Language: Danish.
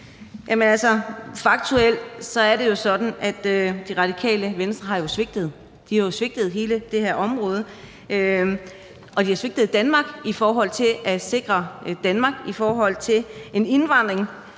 faktuelt er det sådan, at Radikale Venstre jo har svigtet; de har svigtet hele det her område, og de har svigtet Danmark i forhold til at sikre Danmark imod en indvandring